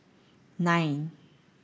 nine